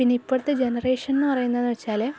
പിന്നിപ്പോഴത്തെ generation എന്ന് പറയുന്നതെന്ന് വെച്ചാൽ